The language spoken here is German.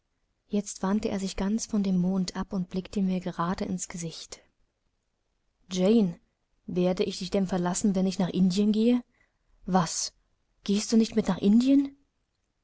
jetzt wandte er sich ganz von dem mond ab und blickte mir gerade ins gesicht jane werde ich dich denn verlassen wenn ich nach indien gehe was gehst du nicht mit mir nach indien